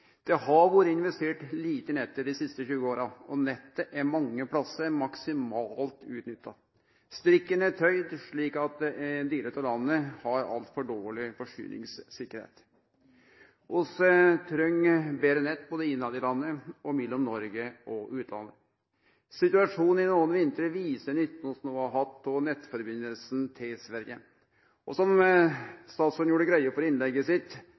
Det har vore investert lite i nettet dei siste 20 åra, og nettet er mange plassar maksimalt utnytta. Strikken er tøygd slik at delar av landet har altfor dårleg forsyningstryggleik. Vi treng betre nett både her i landet og mellom Noreg og utlandet. Situasjonen i nokre vintrar viser nytta vi har hatt av nettsambandet med Sverige. Som statsråden gjorde greie for i innlegget sitt,